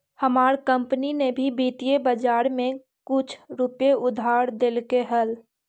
हमार कंपनी ने भी वित्तीय बाजार में कुछ रुपए उधार देलकइ हल